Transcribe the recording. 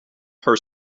her